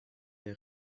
der